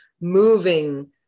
moving